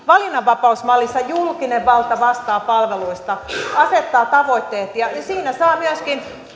valinnanvapausmallissa julkinen valta vastaa palveluista asettaa tavoitteet ja siinä saa myöskin